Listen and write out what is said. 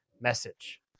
message